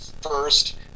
first